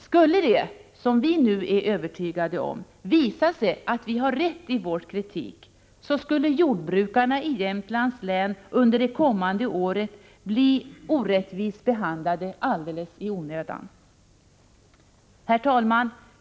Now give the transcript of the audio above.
Skulle det, som vi är övertygade om, visa sig att vi har rätt i vår kritik, kommer jordbrukarna i Jämtlands län att under nästa år bli orättvist behandlade alldeles i onödan. Herr talman!